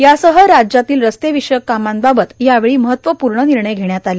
यासह राज्यातील रस्ते विषयक कामांबाबत यावेळी महत्वपूर्ण निर्णय घेण्यात आले